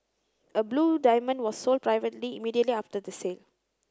a blue diamond was sold privately immediately after the sale